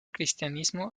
cristianismo